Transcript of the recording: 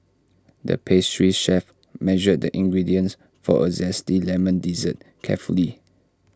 the pastry chef measured the ingredients for A Zesty Lemon Dessert carefully